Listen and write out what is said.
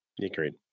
Agreed